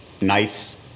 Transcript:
nice